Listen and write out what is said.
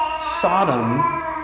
Sodom